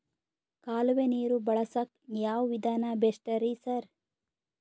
ಕಾಲುವೆ ನೀರು ಬಳಸಕ್ಕ್ ಯಾವ್ ವಿಧಾನ ಬೆಸ್ಟ್ ರಿ ಸರ್?